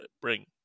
bring